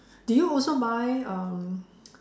do you also buy um